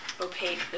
opaque